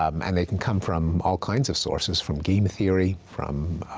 um and they can come from all kinds of sources, from game theory, from